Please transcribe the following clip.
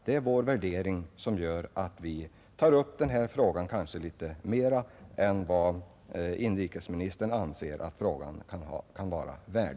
Det är vår värdering i stort som gör att vi tar upp denna fråga kanske litet mer ingående än vad inrikesministern anser befogat.